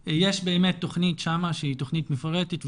אז יש באמת תכנית שמה שהיא תכנית מפורטת,